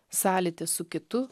sąlytis su kitu